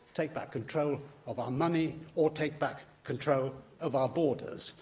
take back control of our money, or take back control of our borders.